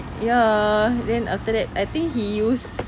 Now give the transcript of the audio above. ya then after that I think he used